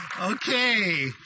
Okay